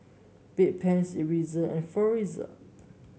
Bedpans Ezerra and Floxia